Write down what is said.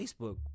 Facebook